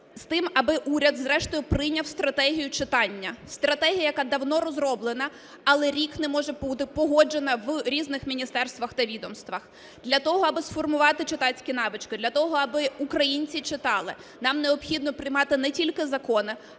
з тим, аби уряд зрештою прийняв стратегію читання, стратегія, яка давно розроблена, але рік не може бути погоджена в різних міністерствах та відомствах. Для того, аби сформувати читацькі навички, для того, аби українці читали, нам необхідно приймати не тільки закони,